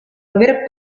aver